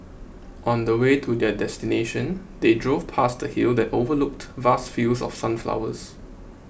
on the way to their destination they drove past a hill that overlooked vast fields of sunflowers